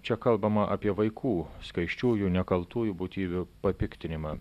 čia kalbama apie vaikų skaisčiųjų nekaltųjų būtybių papiktinimą